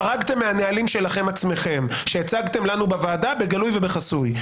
חרגתם מהנהלים שלכם עצמכם שהצגתם לנו בוועדה בגלוי ובחסוי?